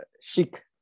chic